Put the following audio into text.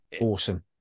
awesome